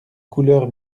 couleur